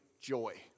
joy